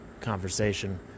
conversation